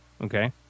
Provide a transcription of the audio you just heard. okay